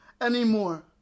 anymore